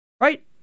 right